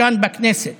כאן בכנסת.